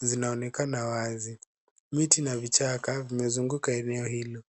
zinaonekana wazi. Miti na vichaka vimezunguka eneo hilo.